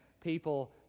people